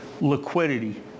liquidity